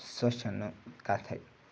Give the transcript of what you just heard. سۄ چھَنہٕ کَتھٕے